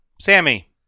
Sammy